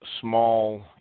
small